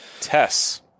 Tess